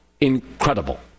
incredible